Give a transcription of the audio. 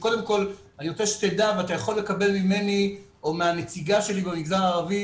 אתה יכול לקבל ממני או מהנציגה שלי במגזר הערבי